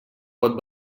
pot